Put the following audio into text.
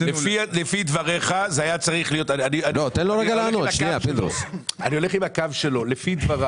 אני הולך עם הקו שלך.